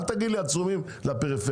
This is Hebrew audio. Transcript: אל תגיד לי עצומים לפריפריה.